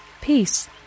Peace